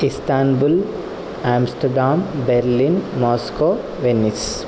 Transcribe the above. Istanbul Amsterdam Berlin Moscow Venice